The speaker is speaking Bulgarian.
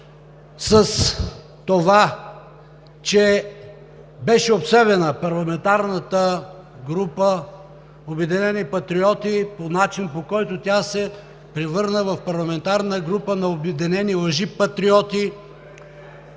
с това, че беше обсебена парламентарната група „Обединени патриоти“ по начин, по който тя се превърна в парламентарна група на обединени лъжепатриоти,